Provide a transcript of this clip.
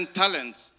talents